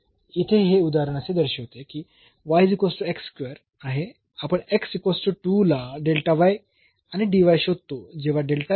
तर येथे हे उदाहरण असे दर्शविते की आहे आपण ला आणि शोधतो जेव्हा